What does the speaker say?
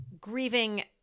grieving